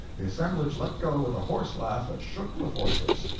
the assemblage let go with a horse-laugh that shook the fortress.